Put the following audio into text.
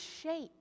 shape